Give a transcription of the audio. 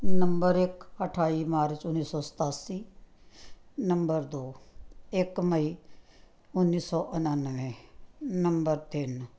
number ਇੱਕ ਅਠਾਈ ਮਾਰਚ ਉੱਨੀ ਸੌ ਸਤਾਸੀ ਨੰਬਰ ਦੋ ਇੱਕ ਮਈ ਉੱਨੀ ਸੌ ਉਨਾਨਵੇਂ ਨੰਬਰ ਤਿੰਨ